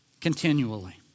continually